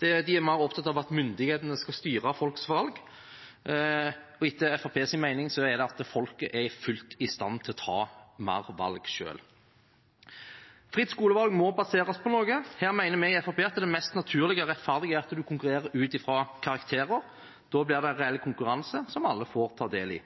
De er mer opptatt av at myndighetene skal styre folks valg. Etter Fremskrittspartiets mening er folk fullt i stand til å ta flere valg selv. Fritt skolevalg må baseres på noe. Her mener vi i Fremskrittspartiet at det mest naturlige og rettferdige er at man konkurrerer ut fra karakterer. Da blir det reell konkurranse som alle får ta del i.